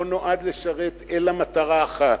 לא נועד לשרת אלא מטרה אחת,